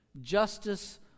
justice